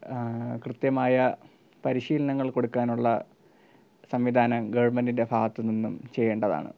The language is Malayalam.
കൃത്യമായ പരിശീലനങ്ങൾ കൊടുക്കാനുള്ള സംവിധാനം ഗവൺമെൻറ്റിന്റെ ഭാഗത്തുനിന്നും ചെയ്യേണ്ടതാണ്